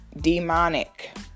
demonic